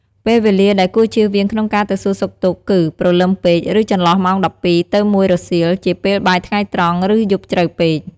ពេលវេលាដែលគួរជៀសវាងក្នុងការទៅសួរសុខទុក្ខគឺ ព្រលឹមពេក ឬ ចន្លោះម៉ោង ១២ ទៅ ១ រសៀល ជាពេលបាយថ្ងៃត្រង់ ឬ យប់ជ្រៅពេក។